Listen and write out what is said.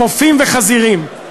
קופים וחזירים.